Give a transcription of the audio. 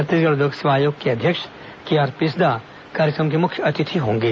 छत्तीसगढ़ लोक सेवा आयोग के ँ अध्यक्ष के आर पिस्दा कार्यक्रम के मुख्य अतिथि होंगे